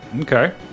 Okay